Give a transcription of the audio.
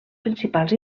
principals